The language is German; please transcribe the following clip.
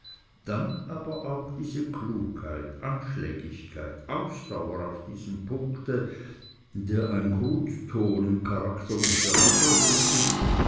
dann aber auch diese klugheit anschlägigkeit ausdauer auf diesem punkte der ein grundton im charakter des bernervolkes ist